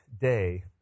day